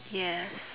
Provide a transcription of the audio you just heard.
yes